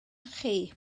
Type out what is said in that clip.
chi